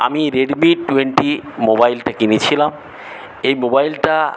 আমি Redmi twenty মোবাইলটা কিনেছিলাম এই মোবাইলটা